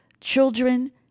children